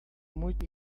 muito